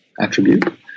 attribute